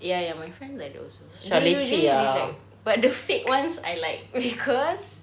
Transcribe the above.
ya ya my friend like that also but the fake ones I like because